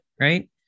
right